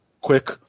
quick